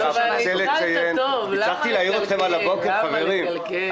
אבל התחלת טוב, למה לקלקל?